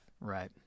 Right